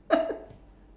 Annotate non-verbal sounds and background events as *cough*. *laughs*